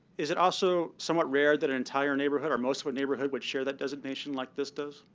is it also somewhat rare that an entire neighborhood, or most of a neighborhood, would share that designation like this does?